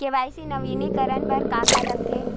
KYC नवीनीकरण बर का का लगथे?